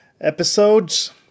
episodes